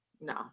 No